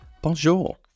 bonjour